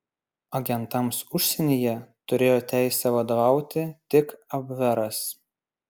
agentams užsienyje turėjo teisę vadovauti tik abveras